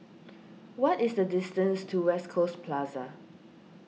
what is the distance to West Coast Plaza